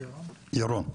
ירון,